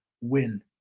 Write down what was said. win